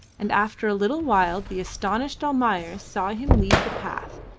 and after a little while the astonished almayer saw him leave the path,